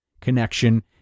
connection